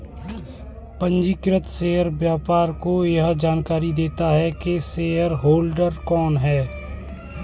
पंजीकृत शेयर व्यापार को यह जानकरी देता है की शेयरहोल्डर कौन है